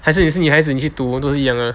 还是你是女孩子你去读都是一样的